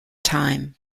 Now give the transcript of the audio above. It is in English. time